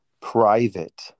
private